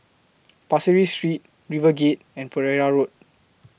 Pasir Ris Street RiverGate and Pereira Road